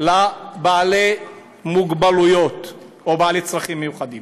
לאנשים עם מוגבלות או עם צרכים מיוחדים.